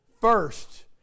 first